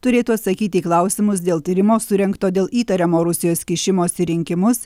turėtų atsakyti į klausimus dėl tyrimo surengto dėl įtariamo rusijos kišimosi į rinkimus